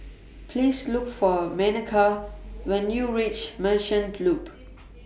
Please Look For Makena when YOU REACH Merchant Loop